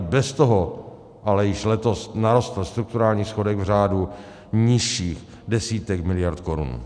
I bez toho ale již letos narostl strukturální schodek v řádu nižších desítek miliard korun.